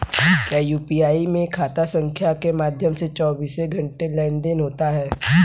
क्या यू.पी.आई में खाता संख्या के माध्यम से चौबीस घंटे लेनदन होता है?